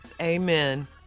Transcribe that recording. Amen